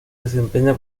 desempeña